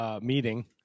meeting